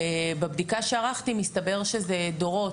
ובבדיקה שערכתי, מסתבר שזה דורות.